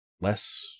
less